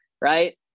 right